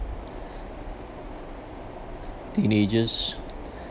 teenagers